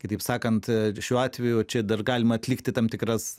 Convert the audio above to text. kitaip sakant šiuo atveju čia dar galima atlikti tam tikras